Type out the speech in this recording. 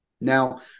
Now